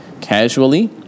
casually